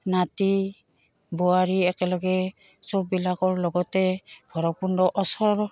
নাতি বোৱাৰী একেলগে চববিলাকৰ লগতে ভৈৰৱকুণ্ড ওচৰ